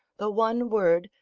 the one word,